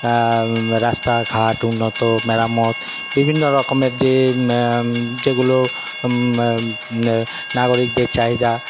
রাস্তাঘাট উন্নত মেরামত বিভিন্ন রকমের যে যেগুলো নাগরিকদের চাহিদা